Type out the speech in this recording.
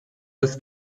das